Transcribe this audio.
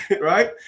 right